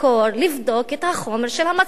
לבדוק את החומר של המצלמות.